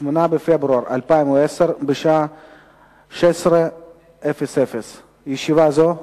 8 בפברואר 2010, בשעה 16:00. ישיבה זו נעולה.